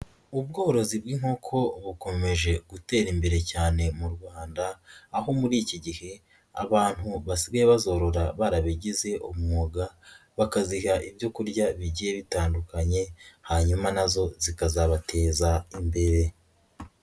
Ubworozi bw'inkoko bukomeje gutera imbere cyane mu Rwanda, aho muri iki gihe abantu basigaye bazorora barabigize umwuga, bakaziga ibyo kurya bigiye bitandukanye hanyuma nazo zikazabateza imbere.